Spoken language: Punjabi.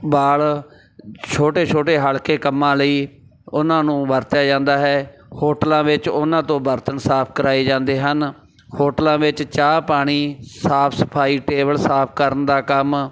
ਬਾਲ ਛੋਟੇ ਛੋਟੇ ਹਲਕੇ ਕੰਮਾਂ ਲਈ ਉਹਨਾਂ ਨੂੰ ਵਰਤਿਆ ਜਾਂਦਾ ਹੈ ਹੋਟਲਾਂ ਵਿੱਚ ਉਹਨਾਂ ਤੋਂ ਬਰਤਨ ਸਾਫ ਕਰਾਏ ਜਾਂਦੇ ਹਨ ਹੋਟਲਾਂ ਵਿੱਚ ਚਾਹ ਪਾਣੀ ਸਾਫ ਸਫਾਈ ਟੇਬਲ ਸਾਫ ਕਰਨ ਦਾ ਕੰਮ